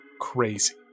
crazy